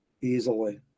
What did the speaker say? easily